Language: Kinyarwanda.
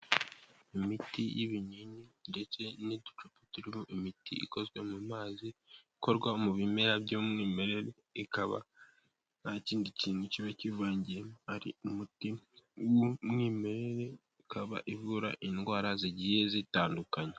Imiti y'ibinini ndetse n'uducupa turimo imiti ikozwe mu mazi ikorwa mu bimera by'umwimerere, ikaba nta kindi kintu kiba kivangiyemo ari umuti w'umwimerere ikaba ivura indwara zigiye zitandukanye.